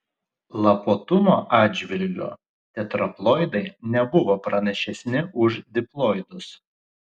lapuotumo atžvilgiu tetraploidai nebuvo pranašesni už diploidus